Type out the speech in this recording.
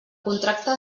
contracte